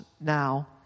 now